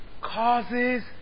causes